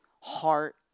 heart